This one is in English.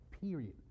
period